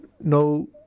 No